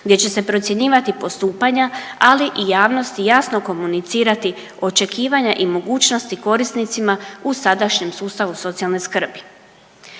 gdje će se procjenjivati postupanja, ali i javnosti jasno komunicirati očekivanja i mogućnosti korisnicima u sadašnjem sustavu socijalne skrbi.